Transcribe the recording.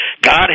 God